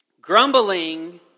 Grumbling